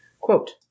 Quote